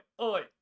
oi